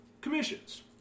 Commissions